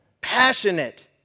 passionate